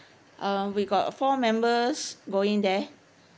uh we've got four members going there